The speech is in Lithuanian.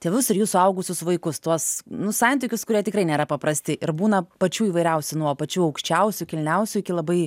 tėvus ir jų suaugusius vaikus tuos nu santykius kurie tikrai nėra paprasti ir būna pačių įvairiausių nuo pačių aukščiausių kilniausių iki labai